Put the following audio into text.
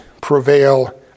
prevail